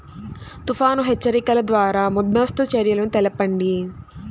తుఫాను హెచ్చరికల ద్వార ముందస్తు చర్యలు తెలపండి?